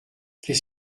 qu’est